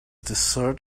dessert